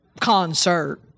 concert